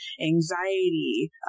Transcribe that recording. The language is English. anxiety